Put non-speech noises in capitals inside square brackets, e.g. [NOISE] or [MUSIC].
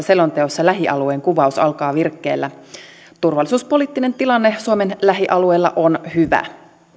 [UNINTELLIGIBLE] selonteossa lähialueen kuvaus alkaa virkkeellä turvallisuuspoliittinen tilanne suomen lähialueilla on hyvä